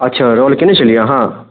अच्छा रोल कएने छलिए अहाँ